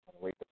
wait